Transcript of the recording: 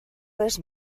res